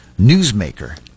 newsmaker